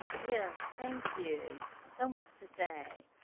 yes, thank you so much to say